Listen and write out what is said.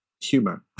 humor